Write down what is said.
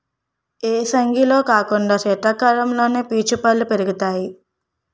ఏసంగిలో కాకుండా సీతకాలంలోనే పీచు పల్లు పెరుగుతాయి